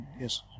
Yes